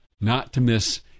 not-to-miss